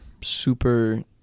super